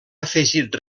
afegit